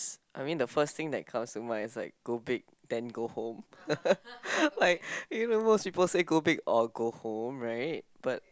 I mean the first thing that comes to mind is like go big then go home like you know that most people say go big or go home right but